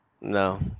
No